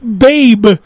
babe